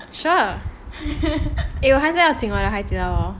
sure eh 我还是要请我的孩子的